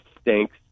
stinks